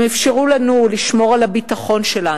הם אפשרנו לנו לשמור על הביטחון שלנו,